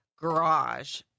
garage